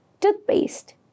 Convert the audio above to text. Toothpaste